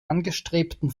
angestrebten